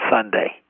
Sunday